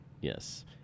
Yes